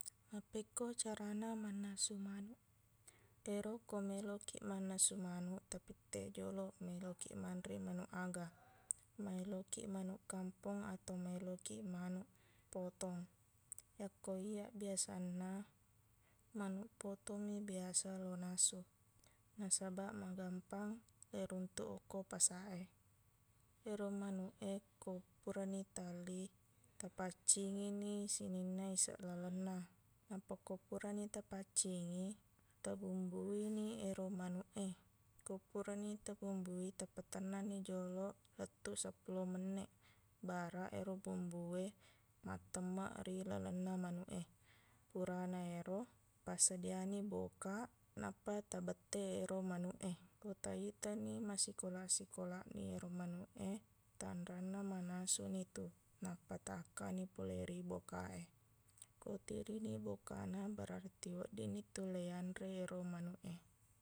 Apekko carana mannasu manuq. Ero ko melokkiq mannasu manuq, tapitteq joloq maelokkiq manre manuq aga. Melokkiq manuq kampong atau maelokkiq manuq potong. Yakko iyaq biasanna, manuq potongmi biasa lonasu, nasabaq magampang leiruntuk okko pasaq e. Ero manuq e ko purani taelli, tapaccingini sininna iseq lalenna. Nappa ko purani tapaccingi, tabumbuini ero manuq e. Ko purani tabumbui, tapatennanni joloq lettuq seppulo menneq baraq ero bumbu e mattemmeq ri lalenna manuq e. Purana ero, passadiyaniq bokaq nappa tabette ero manuq e. Ko taitani masikolaq-sikolaqni ero manuq e, tanranna manasunitu. Nappa taakkaqni pole ri bokaq e. Ko tirini bokaqna, berarti weddinnitu leianre ero manuq e.